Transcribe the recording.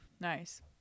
Nice